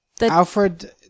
Alfred